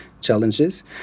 challenges